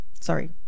sorry